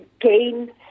gain